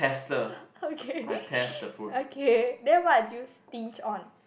okay okay then what do you stinge on